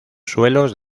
suelos